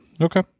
Okay